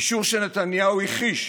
אישור שנתניהו הכחיש,